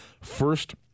First